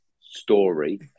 story